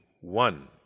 One